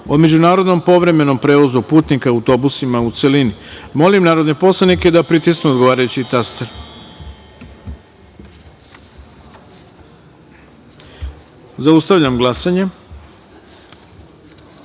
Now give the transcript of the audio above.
o međunarodnom povremenom prevozu putnika autobusima, u celini. Molim narodne poslanike da pritisnu odgovarajući taster. Zaustavljam glasanje: